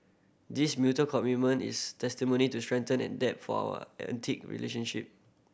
this mutual commitment is testimony to strength and depth for our relationship